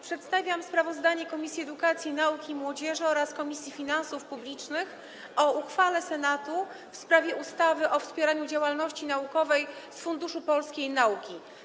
Przedstawiam sprawozdanie Komisji Edukacji, Nauki i Młodzieży oraz Komisji Finansów Publicznych o uchwale Senatu w sprawie ustawy o wspieraniu działalności naukowej z Funduszu Polskiej Nauki.